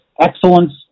excellence